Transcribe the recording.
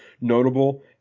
notable